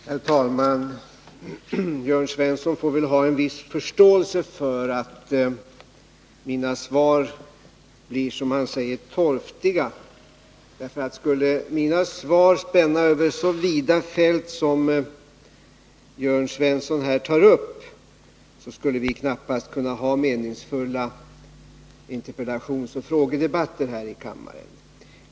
Herr talman! Jörn Svensson får ha en viss förståelse för att mina svar blir, som han säger, torftiga. Skulle mina svar spänna över så vida fält som dem Jörn Svensson tar upp, skulle vi knappast kunna ha meningsfulla interpellationsoch frågedebatter här i kammaren.